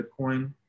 Bitcoin